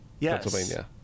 Pennsylvania